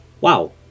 Wow